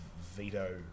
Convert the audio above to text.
veto